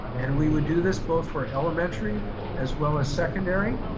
and we would do this both for elementary as well as secondary,